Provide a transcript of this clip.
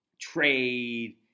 trade